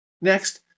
Next